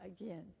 again